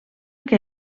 que